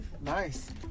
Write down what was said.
Nice